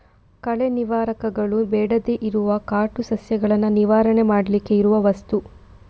ಕಳೆ ನಿವಾರಕಗಳು ಬೇಡದೇ ಇರುವ ಕಾಟು ಸಸ್ಯಗಳನ್ನ ನಿವಾರಣೆ ಮಾಡ್ಲಿಕ್ಕೆ ಇರುವ ವಸ್ತು